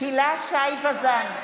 הילה שי וזאן,